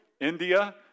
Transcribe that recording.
India